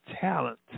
talent